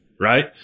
right